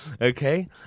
Okay